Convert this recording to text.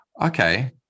Okay